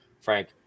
Frank